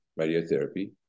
radiotherapy